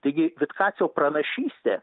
taigi vitkacio pranašystė